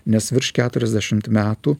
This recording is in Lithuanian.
nes virš keturiasdešimt metų